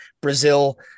Brazil